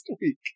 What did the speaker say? week